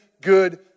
good